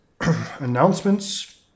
Announcements